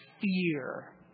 fear